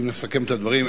אם נסכם את הדברים,